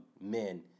men